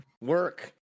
Work